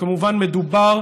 כמובן, מדובר